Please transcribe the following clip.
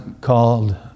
called